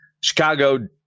Chicago